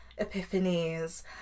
epiphanies